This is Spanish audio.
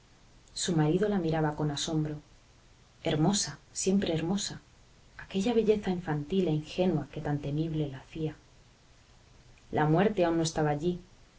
su marido la miraba con asombro hermosa siempre hermosa aquella belleza infantil e ingenua que tan temible la hacía la muerte aún no estaba allí